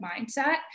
mindset